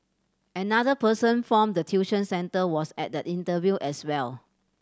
another person form the tuition centre was at the interview as well